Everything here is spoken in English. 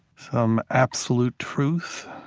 some absolute truth,